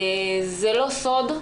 זה לא סוד,